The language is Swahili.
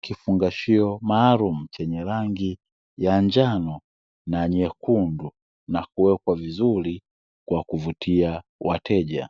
kifungashio maalumu, chenye rangi ya njano na nyekundu na kuwekwa vizuri kwa kuvutia wateja.